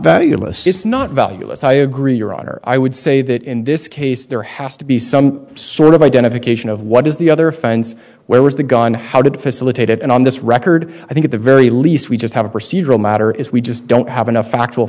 valueless it's not valueless i agree your honor i would say that in this case there has to be some sort of identification of what is the other friends where was the gun how did facilitate it and on this record i think at the very least we just have a procedural matter is we just don't have enough factual